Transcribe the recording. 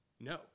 no